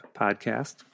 podcast